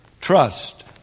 Trust